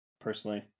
personally